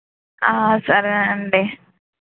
సరే అండి